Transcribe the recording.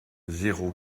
zéro